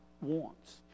wants